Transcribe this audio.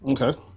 Okay